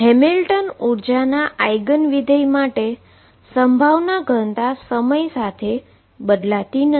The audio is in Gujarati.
હેમિલ્ટોન એનર્જીના આઈગન ફંક્શન માટે પ્રોબેબીલીટી ડેન્સીટી સમય સાથે બદલાતી નથી